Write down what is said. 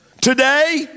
Today